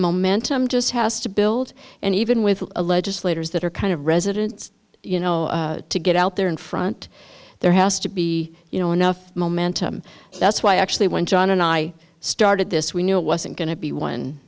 momentum just has to build and even with the legislators that are kind of residents you know to get out there in front there has to be you know enough momentum that's why actually when john and i started this we knew it wasn't going to be one